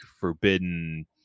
forbidden